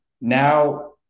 now